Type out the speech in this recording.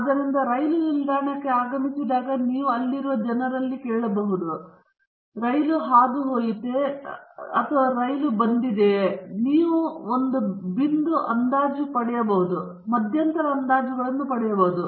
ಆದ್ದರಿಂದ ರೈಲು ನಿಲ್ದಾಣಕ್ಕೆ ಆಗಮಿಸಿದಾಗ ನೀವು ಜನರನ್ನು ಕೇಳಬಹುದು ಮತ್ತು ನೀವು ಒಂದು ಬಿಂದು ಅಂದಾಜು ಪಡೆಯಬಹುದು ಅಥವಾ ನೀವು ಮಧ್ಯಂತರ ಅಂದಾಜುಗಳನ್ನು ಪಡೆಯಬಹುದು